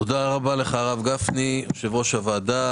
תודה רבה לך, הרב גפני, יושב ראש הוועדה.